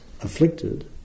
afflicted